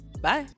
Bye